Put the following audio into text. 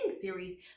series